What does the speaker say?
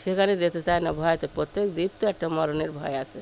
সেখানে যেতে চায় না ভয়তে প্রত্যেকে জীব তো একটা মরণের ভয় আছে